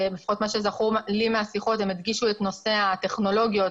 לפחות ממה שזכור לי מהשיחות הם הדגישו את נושא הטכנולוגיות